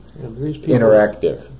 interactive